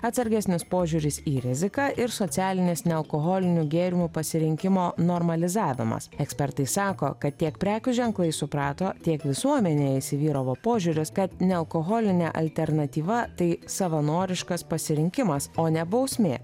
atsargesnis požiūris į riziką ir socialinės nealkoholinių gėrimų pasirinkimo normalizavimas ekspertai sako kad tiek prekių ženklai suprato tiek visuomenėj įsivyravo požiūris kad nealkoholinė alternatyva tai savanoriškas pasirinkimas o ne bausmė